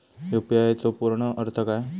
UPI चो पूर्ण अर्थ काय?